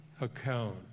account